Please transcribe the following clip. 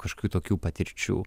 kažkokių tokių patirčių